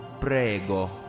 Prego